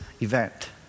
event